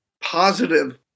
positive